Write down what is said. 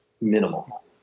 minimal